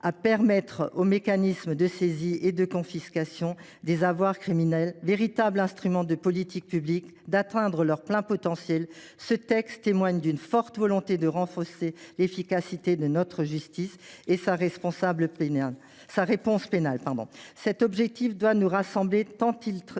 à permettre aux mécanismes de saisie et de confiscation des avoirs criminels, véritables instruments de politique publique, d’atteindre leur plein potentiel, ce texte témoigne d’une forte volonté de renforcer l’efficacité de notre justice et sa réponse pénale.